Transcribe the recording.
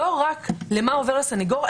לא רק למה שעובר הסנגור,